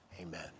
amen